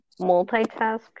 multitask